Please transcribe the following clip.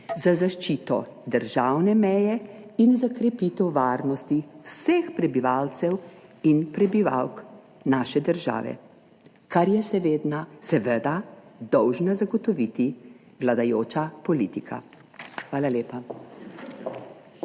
za zaščito državne meje in za krepitev varnosti vseh prebivalcev in prebivalk naše države, kar je seveda dolžna zagotoviti vladajoča politika. Hvala lepa.